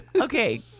Okay